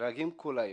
ונהרגים כל היום.